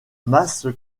masse